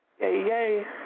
yay